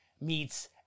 meets